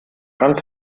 ganz